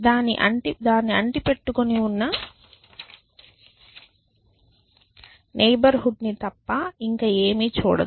దానిని అంటిపెట్టుకుని ఉన్న నైబర్ హుడ్ని తప్ప ఇంకా ఏమీ చూడదు